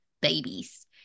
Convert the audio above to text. babies